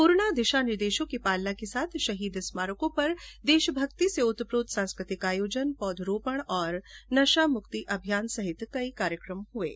corona दिशा निर्देशों की पालना के साथ शहीद स्मारकों पर देशभक्ति से ओतप्रोत सांस्कृतिक आयोजन पौधरोपण और नशामुक्ति अभियान सहित कई कार्यक्रम हये